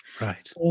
Right